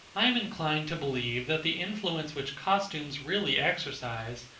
i am inclined to believe that the influence which costumes really exercise,